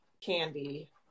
candy